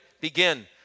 Begin